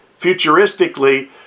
futuristically